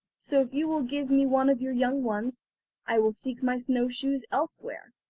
so if you will give me one of your young ones i will seek my snow-shoes elsewhere